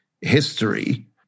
history